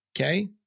okay